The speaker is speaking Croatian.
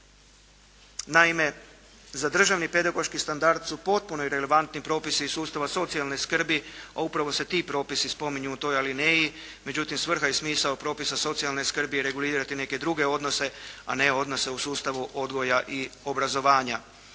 Naime, za Državni pedagoški standard su potpuno irelevantni propisi iz sustava socijalne skrbi, a upravo se ti propisi spominju u toj alineju, međutim svrha i smisao propisa socijalne skrbi i regulirati neke druge odnose, a ne odnose u sustavu odgoja i obrazovanja.